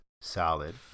salad